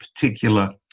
particular